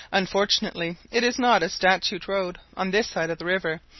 unfortunately it is not a statute-road on this side the river,